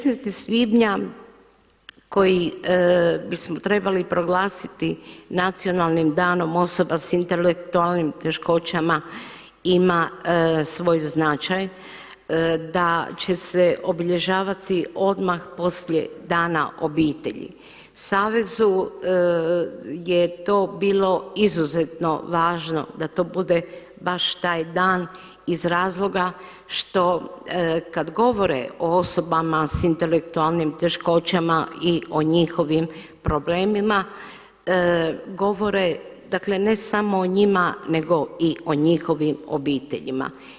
16. svibnja koji bismo trebali proglasiti nacionalnim danom osoba s intelektualnim teškoćama ima svoj značaj, da će se obilježavati poslije Dana obitelji. savezu je to bilo izuzetno važno da to bude baš taj dan iz razloga što kada govore o osobama s intelektualnim teškoćama i o njihovim problemima, govore ne samo o njima nego i o njihovim obiteljima.